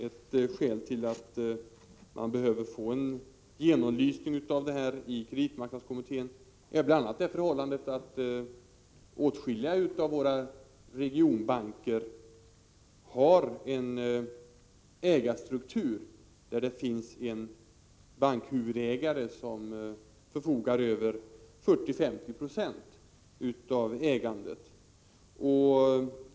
Ett skäl till att man behöver få en genomlysning av detta i kreditmarknadskommittén är bl.a. förhållandet att åtskilliga av våra regionbanker har en ägarstruktur som innebär att det finns en bankhuvudägare som förfogar över 40-50 96 av ägandet.